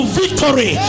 victory